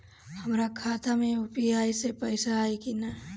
हमारा खाता मे यू.पी.आई से पईसा आई कि ना?